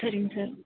சரிங்க சார்